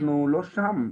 אנחנו לא שם,